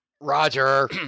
Roger